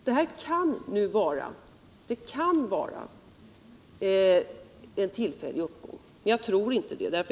Det här kan vara en tillfällig uppgång, men jag tror inte det.